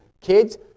Kids